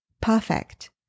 perfect